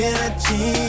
Energy